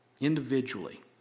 Individually